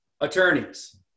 attorneys